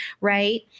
right